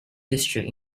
district